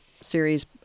series